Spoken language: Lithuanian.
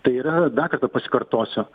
tai yra dar kartą pasikartosiu